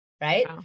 Right